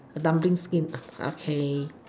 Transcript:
dumpling skin okay